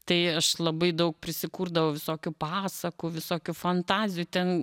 tai aš labai daug prisikurdavau visokių pasakų visokių fantazijų ten